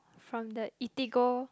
from the Eatigo